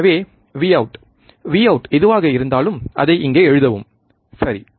எனவே Vout Vout எதுவாக இருந்தாலும் அதை இங்கே எழுதவும் சரி